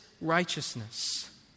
righteousness